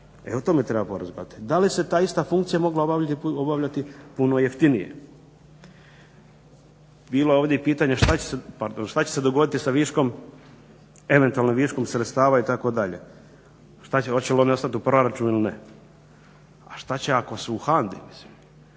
i o tome treba porazgovarati da li se ta ista funkcija mogla obavljati puno jeftinije. Bilo je ovdje i pitanja šta će se dogoditi sa eventualnim viškom sredstava itd., hoće li oni ostati u proračunu ili ne. A šta će ako su u HANDA-i,